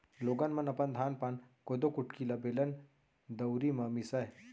लोगन मन अपन धान पान, कोदो कुटकी ल बेलन, दउंरी म मीसय